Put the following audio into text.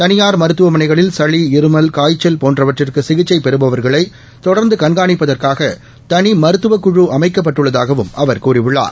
தனியார் மருத்துவமனைகளில் சளி இருமல் காய்ச்சல் போன்றவற்றுக்கு சிகிச்சை பெறுபவர்களை தொடர்ந்து கண்காணிப்பதற்காக தனி மருத்துவக்குழு அமைக்கப்பட்டுள்ளதாகவும் அவர் கூறியுள்ளார்